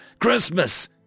Christmas